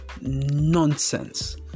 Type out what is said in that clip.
nonsense